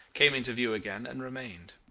came into view again, and remained.